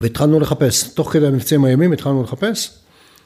‫והתחלנו לחפש. ‫תוך כדי המבצעים אָיוֹמים, התחלנו לחפש.